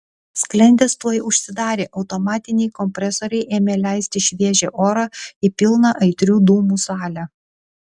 sklendės tuoj užsidarė automatiniai kompresoriai ėmė leisti šviežią orą į pilną aitrių dūmų salę